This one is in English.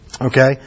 Okay